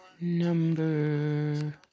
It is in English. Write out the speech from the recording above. Number